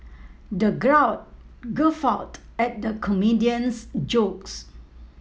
the crowd guffawed at the comedian's jokes